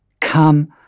come